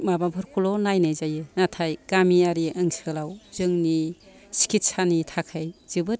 माबाफोरखौल' नायनाय जायो नाथाय गामियारि ओनसोलाव जोंनि चिकित्सानि थाखाय जोबोत